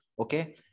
Okay